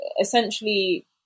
essentially